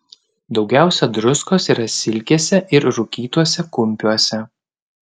daugiausia druskos yra silkėse ir rūkytuose kumpiuose